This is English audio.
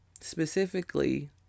specifically